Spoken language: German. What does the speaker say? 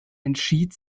entschied